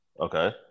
Okay